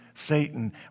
Satan